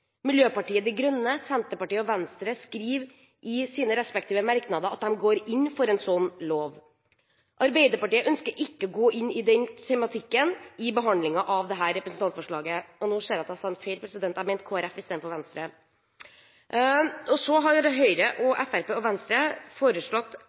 Miljøpartiet De Grønne, Senterpartiet og Kristelig Folkeparti skriver i sine respektive merknader at de går inn for en sånn lov. Arbeiderpartiet ønsker ikke å gå inn i den tematikken i behandlingen av dette representantforslaget. Så har Høyre,